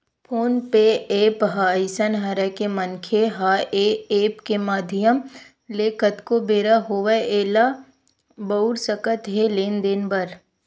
phone पे app ह अइसन हरय के मनखे ह ऐ ऐप के माधियम ले कतको बेरा होवय ऐला बउर सकत हे लेन देन बर